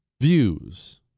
views